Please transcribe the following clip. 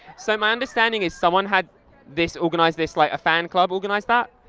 so my understanding is someone had this, organised this, like, a fan club organised that?